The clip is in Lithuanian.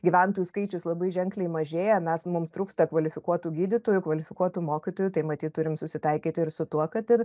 gyventojų skaičius labai ženkliai mažėja mes mums trūksta kvalifikuotų gydytojų kvalifikuotų mokytojų tai matyt turim susitaikyti ir su tuo kad ir